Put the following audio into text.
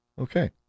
Okay